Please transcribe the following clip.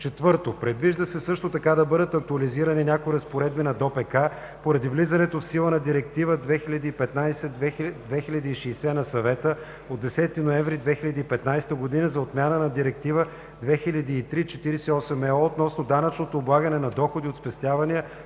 IV. Предвижда се също така да бъдат актуализирани някои разпоредби на ДОПК, поради влизането в сила на Директива (ЕС) 2015/2060 на Съвета от 10 ноември 2015 г. за отмяна на Директива 2003/48/ЕО относно данъчното облагане на доходи от спестявания